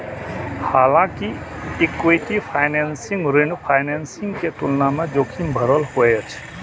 हालांकि equity financing ऋण financing के तुलना मे जोखिम भरल होइ छै